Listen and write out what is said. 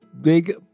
big